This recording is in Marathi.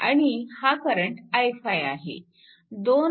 आणि हा करंट i5 आहे